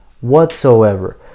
Whatsoever